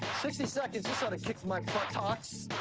sixty seconds. this oughta kick my buttocks.